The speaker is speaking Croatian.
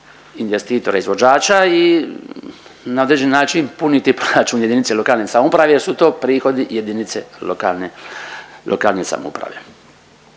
investitora, izvođača i na određeni način puniti proračun jedinice lokalne samouprave jer su to prihodi jedinice lokalne samouprave.